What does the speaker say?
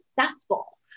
successful